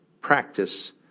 practice